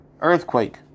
Earthquake